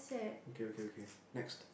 okay okay okay next